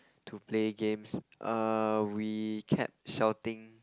to play games err we kept shouting